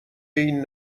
این